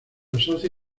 asocia